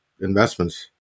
investments